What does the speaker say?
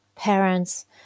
parents